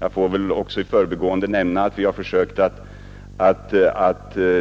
Jag får väl också i förbigående nämna att vi har försökt att